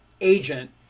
agent